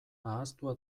ahaztua